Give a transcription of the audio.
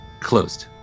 closed